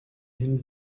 him